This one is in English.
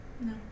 No